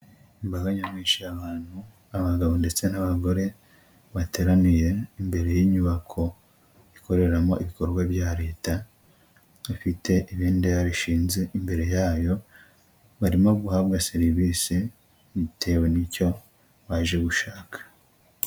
Imbaga nyamwinshi y'abantu abagabo ndetse n'abagore bateraniye imbere y'inyubako ikoreramo ibikorwa bya Leta, ifite ibendera rishinze imbere yayo barimo guhabwa serivisi bitewe n'icyo baje gushaka.